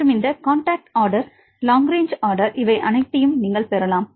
மற்றும் இந்த contact order long range order இவை அனைத்தையும் நீங்கள் பெறலாம்